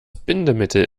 bindemittel